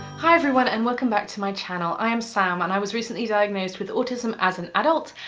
hi everyone, and welcome back to my channel. i am sam and i was recently diagnosed with autism as an adult.